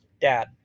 Dad